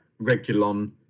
Regulon